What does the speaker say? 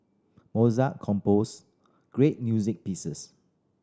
Mozart composed great music pieces